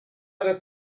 das